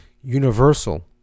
universal